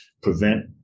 prevent